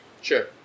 Sure